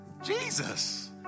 Jesus